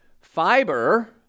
Fiber